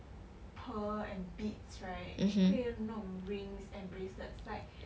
pearl and beads right 可以弄 rings and bracelets like